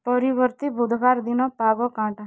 ପରିବର୍ତ୍ତୀ ବୁଧବାର ଦିନ ପାଗ କା'ଣଟା